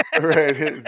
right